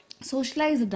Socialize